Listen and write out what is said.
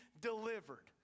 delivered